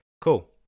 Cool